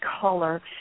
color